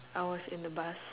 I was in the bus